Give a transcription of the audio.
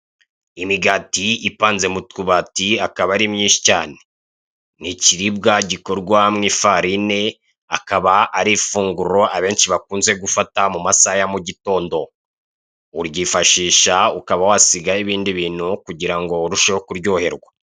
Imigati ipanze mu tubati ,akaba ari myinshi cyane, ni ikiribwa gikorwa mu ifarine, akaba ari ifunguro abenshi bakunze gufata mu masaha ya mugitondo, uryifashisha ,ukaba wasigaho ibindi bintu kugirango urusheho kuryoherwa.